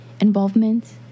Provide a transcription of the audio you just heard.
involvement